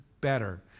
better